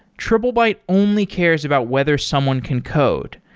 triplebyte only cares about whether someone can code.